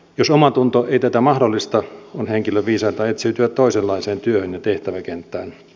jos omatunto ei tätä mahdollista on henkilön viisainta etsiytyä toisenlaiseen työhön ja tehtäväkenttään